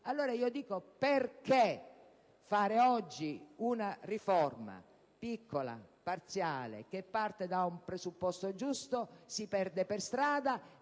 Mi chiedo dunque perché fare oggi una riforma piccola, parziale, che parte da un presupposto giusto ma si perde per strada e,